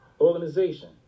Organization